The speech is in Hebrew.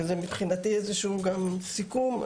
וזה מבחינתי איזשהו סיכום.